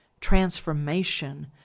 transformation